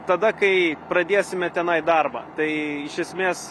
tada kai pradėsime tenai darbą tai iš esmės